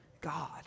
God